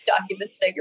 Documents